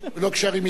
ולא קשרים עסקיים,